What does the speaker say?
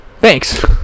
thanks